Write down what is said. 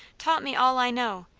taught me all i know,